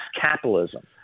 capitalism